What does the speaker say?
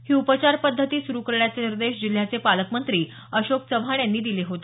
ही उपचार पद्धती सुरु करण्याचे निर्देश जिल्ह्याचे पालकमंत्री अशोक चव्हाण यांनी दिले होते